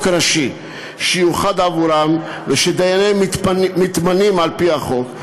ראשי שיוחד עבורם ושדייניהם מתמנים על-פי החוק,